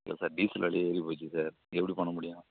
இல்லை sir diesel விலையும் ஏறிப்போச்சு சார் எப்படி பண்ண முடியும்